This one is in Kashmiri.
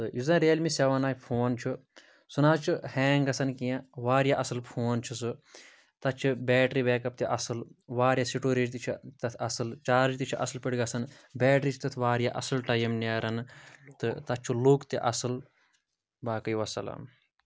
تہٕ یُس زَن Realme seven i phone چھُ سُہ نہَ حظ چھُ ہینٛگ گژھان کیٚنٛہہ واریاہ اَصٕل فون چھُ سُہ تَتھ چھِ بیٹری بیک اَپ تہِ اَصٕل واریاہ سِٹوریج تہِ چھِ تَتھ اَصٕل چارٕج تہِ چھِ اَصٕل پٲٹھۍ گَژھان بیٹری چھِ تَتھ واریاہ اَصٕل ٹایِم نیران تہٕ تَتھ چھُ لُک تہِ اَصٕل باقٕے وَسلام